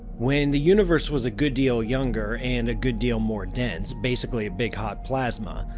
when the universe was a good deal younger and a good deal more dense, basically a big hot plasma,